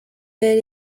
yari